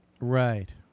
Right